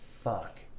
fuck